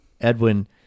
Edwin